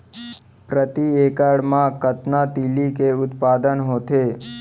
प्रति एकड़ मा कतना तिलि के उत्पादन होथे?